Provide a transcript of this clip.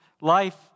life